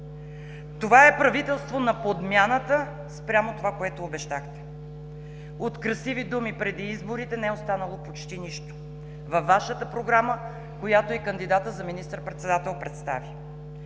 Това е правителство на подмяната спрямо това, което обещахте. От красиви думи преди изборите не е останало почти нищо във Вашата програма, която и кандидатът за министър председател представи.